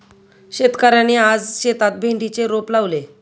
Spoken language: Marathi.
शेतकऱ्याने आज शेतात भेंडीचे रोप लावले